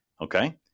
okay